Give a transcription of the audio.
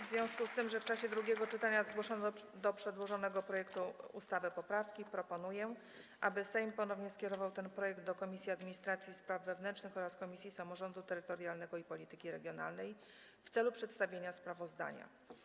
W związku z tym, że w czasie drugiego czytania zgłoszono do przedłożonego projektu ustawy poprawki, proponuję, aby Sejm ponownie skierował ten projekt do Komisji Administracji i Spraw Wewnętrznych oraz Komisji Samorządu Terytorialnego i Polityki Regionalnej w celu przedstawienia sprawozdania.